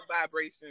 vibration